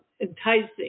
enticing